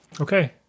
Okay